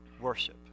worship